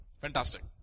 Fantastic